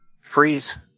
freeze